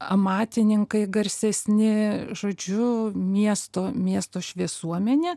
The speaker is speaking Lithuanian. amatininkai garsesni žodžiu miesto miesto šviesuomenė